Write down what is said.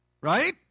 Right